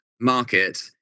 market